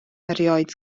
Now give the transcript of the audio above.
erioed